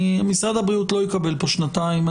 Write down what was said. משרד הבריאות לא יקבל פה שנתיים.